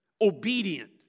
obedient